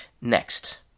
Next